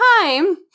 time